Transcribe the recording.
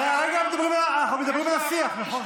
הרי אנחנו מדברים על השיח, נכון?